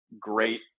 great